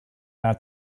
not